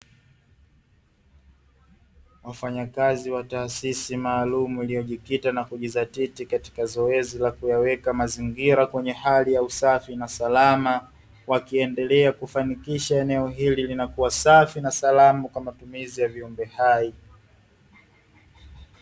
Wafanyakazi wa taasisi maalumu iliyiojikita na kujidhatiti katika zoezi la kuyaweka mazingira kwenye hali ya usafi na salama, wakiendelea kufanikisha eneo hili linakuwa safi na salama kwa matumizi ya viumbe hai.